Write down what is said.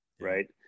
Right